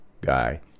guy